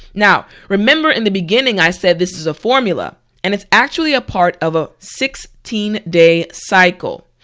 now remember in the beginning i said this is a formula and it's actually a part of a sixteen day cycle.